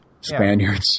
spaniards